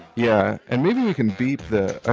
yeah. and maybe you can beat the i